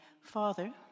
Father